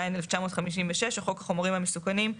תשט"ז-1956 או חוק החומרים המסוכנים,